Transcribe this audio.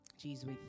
Jesus